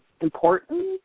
important